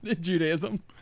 Judaism